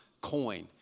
coin